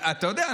אתה יודע,